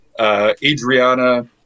Adriana